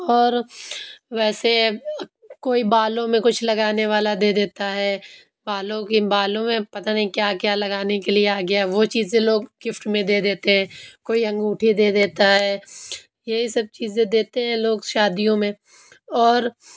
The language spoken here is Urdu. اور ویسے کوئی بالوں میں کچھ لگانے والا دے دیتا ہے بالوں کی بالوں میں پتا نہیں کیا کیا لگانے کے لیے آ گیا وہ چیزیں لوگ گفٹ میں دے دیتے ہیں کوئی انگوٹھی دے دیتا ہے یہی سب چیزیں دیتے ہیں لوگ شادیو میں اور